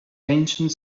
ancient